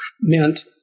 meant